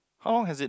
how long has it